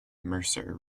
mercer